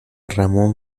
ramón